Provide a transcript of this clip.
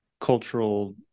cultural